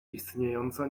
istniejąca